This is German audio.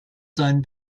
seinen